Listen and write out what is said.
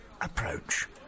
approach